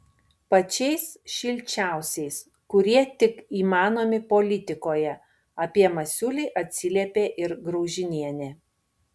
pačiais šilčiausiais kurie tik įmanomi politikoje apie masiulį atsiliepė ir graužinienė